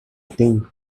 think